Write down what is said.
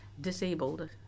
disabled